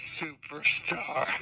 superstar